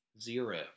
Zero